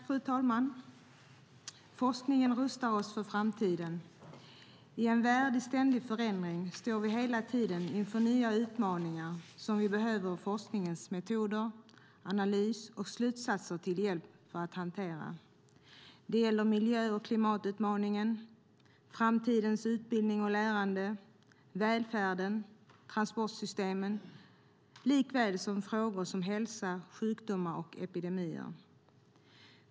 Fru talman! Forskningen rustar oss för framtiden. I en värld i ständig förändring står vi hela tiden inför nya utmaningar som vi behöver forskningens metoder, analys och slutsatser till hjälp för att hantera. Det gäller miljö och klimatutmaningen, framtidens utbildning och lärande, välfärden och transportsystemen likaväl som frågor om hälsa, sjukdomar och epidemier.